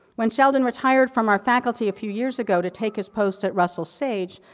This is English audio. when sheldon retired from our faculty a few years ago, to take his post at russel sage,